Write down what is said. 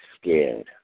scared